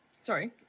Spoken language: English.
Sorry